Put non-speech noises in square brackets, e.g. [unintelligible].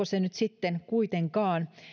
[unintelligible] se nyt sitä sitten kuitenkaan